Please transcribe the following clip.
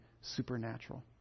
supernatural